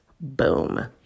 Boom